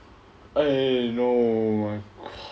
eh no